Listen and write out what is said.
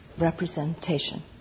representation